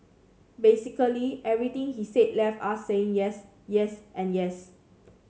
basically everything he said left us saying yes yes and yes